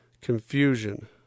confusion